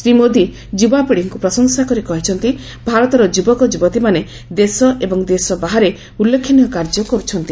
ଶ୍ରୀମୋଦୀ ଯୁବାପୀଢିଙ୍କୁ ପ୍ରଶଂସା କରି କହିଛନ୍ତି ଭାରତର ଯୁବକଯୁବତୀମାନେ ଦେଶ ଏବଂ ଦେଶ ବାହାରେ ଉଲ୍ଲେଖନୀୟ କାର୍ଯ୍ୟ କରୁଛନ୍ତି